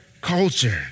culture